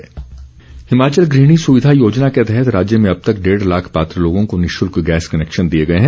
गुहिणी योजना हिमाचल गृहिणी सुविधा योजना के तहत राज्य में अब तक डेढ़ लाख पात्र लोगों को निशुल्क गैस कनेक्शन दिए गए हैं